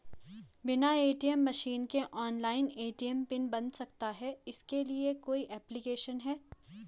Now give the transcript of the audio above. बिना ATM machine के online ATM PIN बन सकता है इसके लिए कोई ऐप्लिकेशन है?